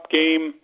game